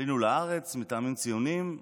עלינו לארץ מטעמים ציוניים,